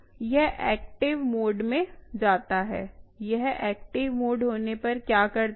यह active mode में जाता है यह एक्टिव मोड होने पर क्या करता है